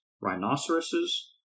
rhinoceroses